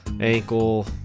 ankle